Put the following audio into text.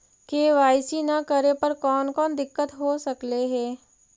KYC न करे पर कौन कौन दिक्कत हो सकले हे?